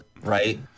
right